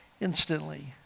instantly